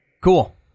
Cool